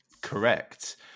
Correct